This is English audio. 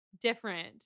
different